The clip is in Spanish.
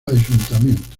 ayuntamiento